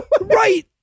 Right